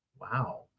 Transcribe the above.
Wow